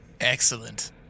Excellent